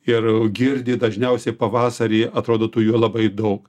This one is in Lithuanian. ir girdi dažniausiai pavasarį atrodo tu juo labai daug